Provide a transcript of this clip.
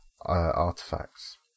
artifacts